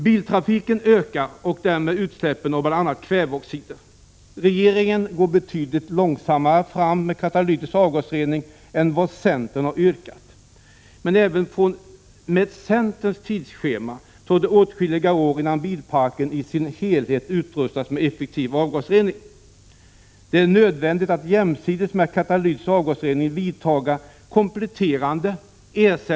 Biltrafiken ökar och därmed också utsläppen av bl.a. kväveoxider. Regeringen går betydligt långsammare fram med katalytisk avgasrening än vad centern har yrkat, men även med centerns tidsschema tar det åtskilliga år, innan bilparken i sin helhet utrustats med effektiv avgasrening. Det är nödvändigt att jämsides med katalytisk avgasrening vidta kompletterande, — Prot.